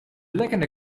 lekkende